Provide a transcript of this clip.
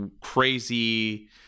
crazy